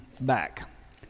back